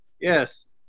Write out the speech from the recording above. Yes